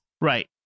Right